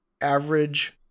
average